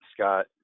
Scott